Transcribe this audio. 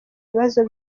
ibibazo